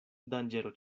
danĝero